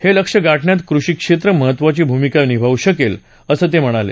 हे लक्ष्य गाठण्यात कृषी क्षेत्र महत्त्वाची भूमिका निभावू शकेल असं ते म्हणाले